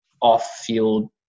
off-field